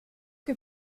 que